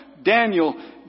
Daniel